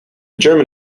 german